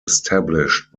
established